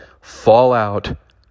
Fallout